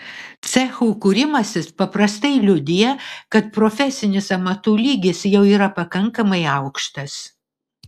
cechų kūrimasis paprastai liudija kad profesinis amatų lygis jau yra pakankamai aukštas